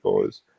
guys